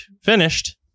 finished